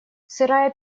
сырая